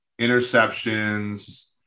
interceptions